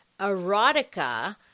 erotica